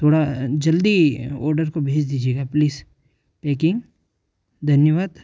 थोड़ा जल्दी ओर्डर को भेज दीजिएगा प्लीज़ पेकिंग धन्यवाद